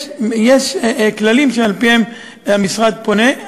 יש כללים שעל-פיהם המשרד פונה.